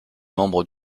membres